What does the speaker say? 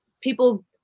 People –